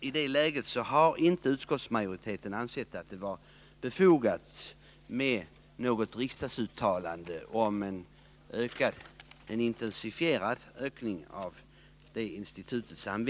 I detta läge har utskottsmajoriteten inte ansett det befogat med något riksdagsuttalande om en intensifierad användning av detta institut.